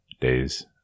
days